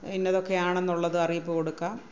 ഇന്നതൊക്കെയാണെന്നുള്ളത് അറിയിപ്പ് കൊടുക്കാം